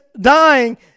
dying